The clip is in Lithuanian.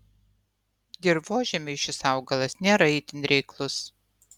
dirvožemiui šis augalas nėra itin reiklus